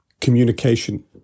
Communication